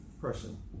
person